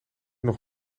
nog